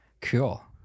Cool